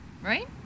right